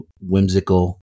whimsical